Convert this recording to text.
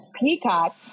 Peacock